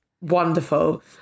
wonderful